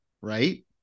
Right